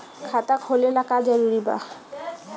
खाता खोले ला का का जरूरी बा?